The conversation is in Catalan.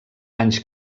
anys